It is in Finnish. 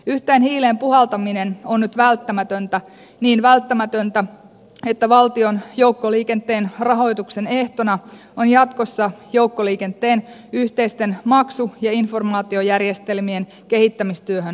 yhteen hiileen puhaltaminen on nyt välttämätöntä niin välttämätöntä että valtion joukkoliikenteen rahoituksen ehtona on jatkossa joukkoliikenteen yhteisten maksu ja informaatiojärjestelmien kehittämistyöhön osallistuminen